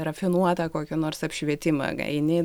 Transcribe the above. rafinuotą kokį nors apšvietimą eini